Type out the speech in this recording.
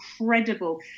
incredible